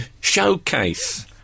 showcase